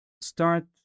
start